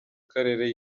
karere